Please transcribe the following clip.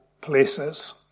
places